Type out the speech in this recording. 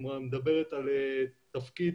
היא מדברת על תפקיד